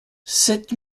sept